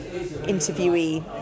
interviewee